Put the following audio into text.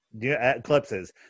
Eclipses